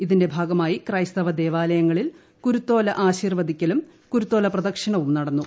ഇതിന്റെ ഭാഗമായി ക്രൈസ്തവ ദേവാലയങ്ങളിൽ കുരുത്തോല ആശിർവദിക്കലും കുരുത്തോല പ്രദക്ഷിണവും നടന്നു